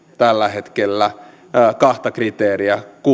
tällä hetkellä laajasti kahta kriteeriä